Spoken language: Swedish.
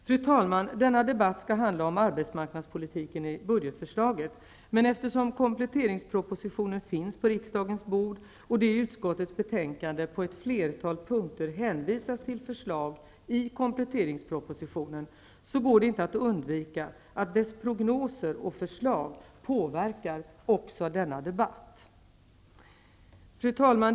Fru talman! Denna debatt skall handla om arbetsmarknadspolitiken i budgetförslaget. Men eftersom kompletteringspropositionen finns på riksdagens bord och det i utskottets betänkande på ett flertal punkter hänvisas till förslag i kompletteringspropositionen, går det inte att undvika att dess prognoser och förslag påverkar också denna debatt. Fru talman!